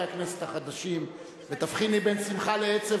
הכנסת החדשים ותבחיני בין שמחה לעצב,